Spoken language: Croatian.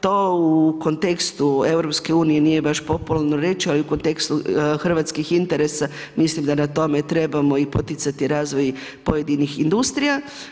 To u kontekstu EU nije baš popularno reći, ali u kontekstu hrvatskih interesa mislim da na tome trebamo poticati razvoj pojedinih industrija.